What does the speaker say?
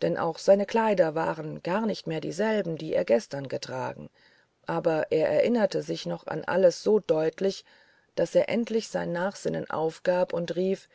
denn auch seine kleider waren gar nicht mehr dieselben die er gestern getragen aber er erinnerte sich doch an alles so deutlich daß er endlich sein nachsinnen aufgab und rief